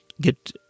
get